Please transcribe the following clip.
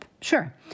Sure